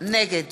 נגד